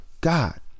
God